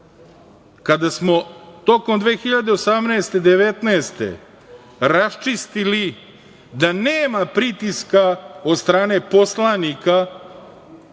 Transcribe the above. Kada smo tokom 2018. i 2019. godine raščistili da nema pritiska od strane poslanika